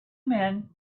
men